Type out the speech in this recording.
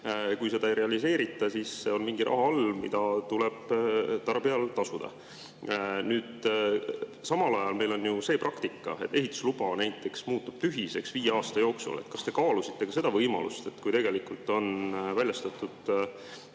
Kui seda ei realiseerita, siis on mingi raha all, mis tuleb tarbijal tasuda. Samal ajal on meil ju see praktika, et ehitusluba muutub tühiseks viie aasta jooksul. Kas te kaalusite ka seda võimalust, et kui on väljastatud